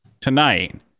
tonight